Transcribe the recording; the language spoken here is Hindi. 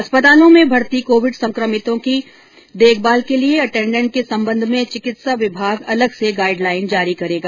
अस्पतालों में भर्ती कोविड संक्रमितों की देखभाल के लिए अटेन्डेन्ट के संबंध में चिकित्सा विभाग अलग से गाइडलाइन जारी करेगी